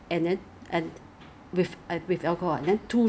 I thought 有没有给那个 face shield ah 那个叫什么 face shield